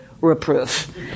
reproof